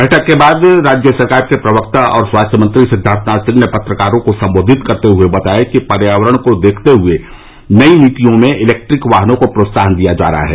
बैठक के बाद राज्य सरकार के प्रवक्ता और स्वास्थ्य मंत्री सिद्वार्थनाथ सिंह ने पत्रकारों को सम्बोधित करते हुए बताया कि पर्यावरण को देखते हुए नई नीतियों में इलेक्ट्रिक वाहनों को प्रोत्साहन दिया जा रहा है